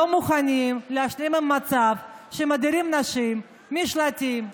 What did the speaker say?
לא מוכנים להשלים עם מצב שמדירים נשים משלטים,